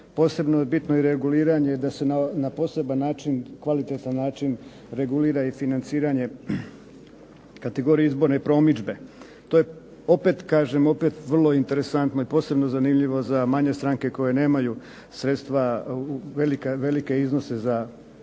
Posebno je bitno i reguliranje da se na poseban način, kvalitetan način regulira i financiranje kategorije izborne promidžbe. To je opet kažem opet vrlo interesantno i posebno zanimljivo za manje stranke koje nemaju sredstva, velike iznose za političku